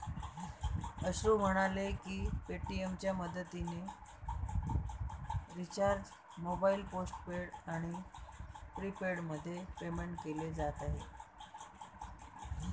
अश्रू म्हणाले की पेटीएमच्या मदतीने रिचार्ज मोबाईल पोस्टपेड आणि प्रीपेडमध्ये पेमेंट केले जात आहे